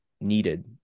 needed